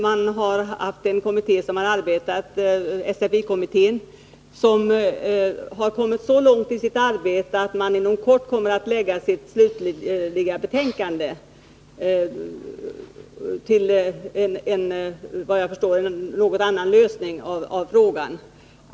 Men den kommitté som har arbetat, SFI-kommittén, har nu kommit så långt i sitt arbete att man inom kort kommer att lägga fram sitt slutgiltiga betänkande med, såvitt jag förstår, en något annorlunda lösning av frågan.